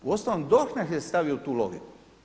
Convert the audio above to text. Uostalom DORH nas je stavio u tu logiku.